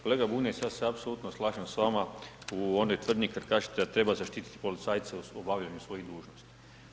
Kolega Bunjac, ja se apsolutno slažem s vama u onoj tvrdnji kad kažete da treba zaštititi policajce u obavljanju svojih dužnosti.